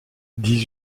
dix